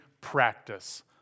practice